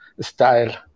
style